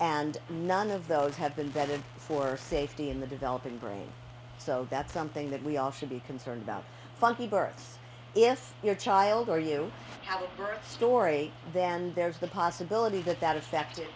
and none of those have been vetted for safety in the developing brain so that's something that we all should be concerned about funky births if your child or you heard story then there's the possibility that that affected